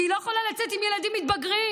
כי היא לא יכולה לצאת עם ילדים מתבגרים.